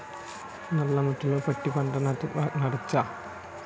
నల్ల మట్టిలో పత్తి పంట నాటచ్చా?